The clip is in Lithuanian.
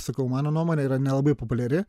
sakau mano nuomonė yra nelabai populiari